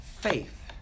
Faith